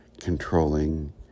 controlling